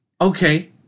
okay